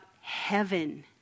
heaven